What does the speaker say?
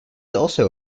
also